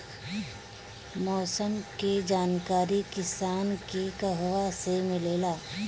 मौसम के जानकारी किसान के कहवा से मिलेला?